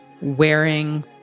wearing